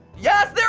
yes, there